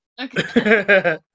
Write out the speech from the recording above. Okay